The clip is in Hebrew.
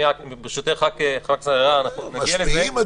ברשותך, נגיע לזה.